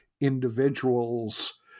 individuals